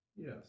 Yes